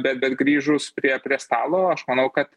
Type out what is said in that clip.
bet bet grįžus prie prie stalo aš manau kad